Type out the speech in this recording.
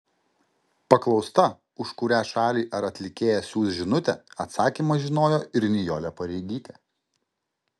paklausta už kurią šalį ar atlikėją siųs žinutę atsakymą žinojo ir nijolė pareigytė